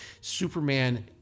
Superman